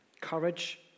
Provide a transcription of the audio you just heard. courage